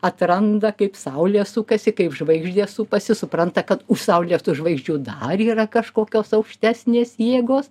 atranda kaip saulė sukasi kaip žvaigždės supasi supranta kad už saulėtų žvaigždžių dar yra kažkokios aukštesnės jėgos